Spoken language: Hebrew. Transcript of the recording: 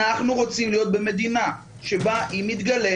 אנחנו רוצים להיות במדינה שבה אם מתגלה